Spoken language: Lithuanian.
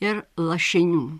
ir lašinių